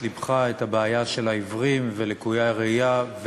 לבך את הבעיה של העיוורים ולקויי הראייה.